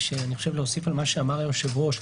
להוסיף על מה שאמר היושב-ראש,